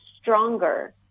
stronger